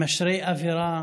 שמשרה אווירה